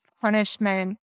punishment